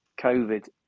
COVID